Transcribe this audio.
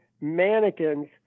mannequins